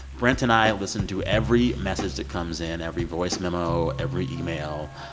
brent and i listen to every message that comes in, every voice memo, every email.